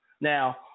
Now